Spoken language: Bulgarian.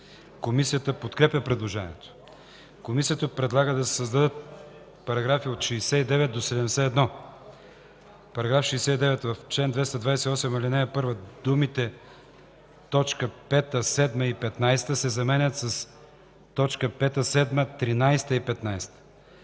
Комисията подкрепя предложението. Комисията предлага да се създадат параграфи от 69 до 71. „§ 69. В чл. 228, ал. 1 думите „т. 5, 7 и 15” се заменят с „т. 5, 7, 13 и 15.”